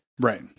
Right